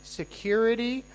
security